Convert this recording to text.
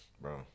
Bro